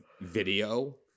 video